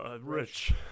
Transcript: Rich